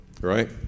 right